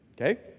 Okay